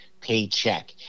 paycheck